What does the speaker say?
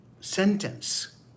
sentence